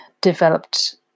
developed